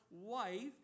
wife